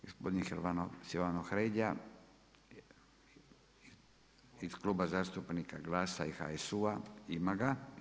Gospodin Silvano Hrelja iz Kluba zastupnika GLAS-a i HSU-a, ima ga.